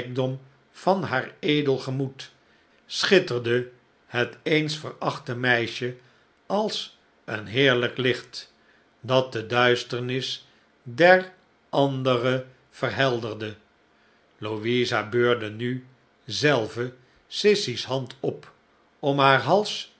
rijkdom van haar edel gemoed schitterde het eens verachte meisje als een heerlijk licht dat de duisternis der andere verhelderde louisa beurde nu zelve sissy's hand op om haar hals